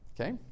Okay